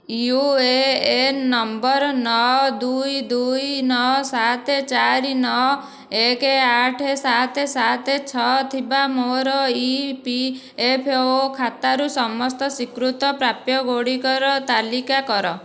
you A N number ନଅ ଦୁଇ ଦୁଇ ନଅ ସାତ ଚାରି ନଅ ଏକ ଆଠ ସାତ ସାତ ଛଅ ଥିବା ମୋର ଇ ପି ଏଫ୍ ଓ ଖାତାରୁ ସମସ୍ତ ସ୍ଵୀକୃତ ପ୍ରାପ୍ୟ ଗୁଡ଼ିକର ତାଲିକା କର